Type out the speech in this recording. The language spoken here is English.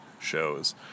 shows